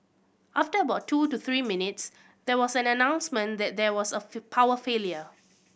after about two to three minutes there was an announcement that there was a power failure